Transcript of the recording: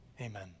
amen